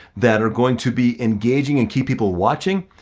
that are going to be engaging and keep people watching?